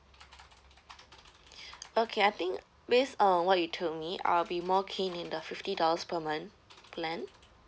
okay I think based on what you told me I'll be more keen in the fifty dollars per month plan